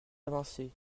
avancée